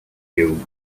you